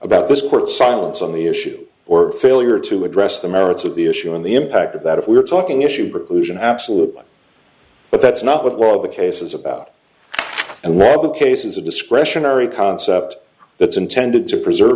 about this court silence on the issue or failure to address the merits of the issue and the impact of that if we're talking issue preclusion absolutely but that's not what law the cases about and that the cases of discretionary concept that's intended to preserve